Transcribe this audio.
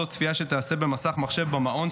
זו צפייה שתיעשה מול מסך מחשב במעון,